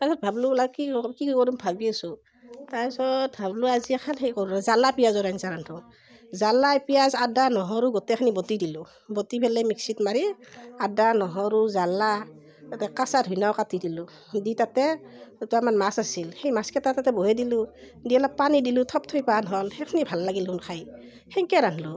তাৰ পিছত ভাবিলো বোলো আৰু কি কৰো কি কৰো ভাবি আছোঁ তাৰ পিছত ভাবিলো আজি এখন সেই কৰো জ্বলা পিঁয়াজৰ আঞ্জা ৰান্ধো জ্বলা পিঁয়াজ আদা নহৰু গোটেইখিনি বটি দিলোঁ বটি পেলাই মিক্সিত মাৰি আদা নহৰু জ্বলা তাতে কেঁচা ধনীয়াও কাটি দিলোঁ দি তাতে কেইটামান মাছ আছিল সেই মাছকেইটা তাতে বহাই দিলোঁ দি অলপ পানী দিলোঁ থপথপীয়াহান হ'ল সেইখিনি ভাল লাগিল দেখোন খাই সেনেকৈ ৰান্ধিলোঁ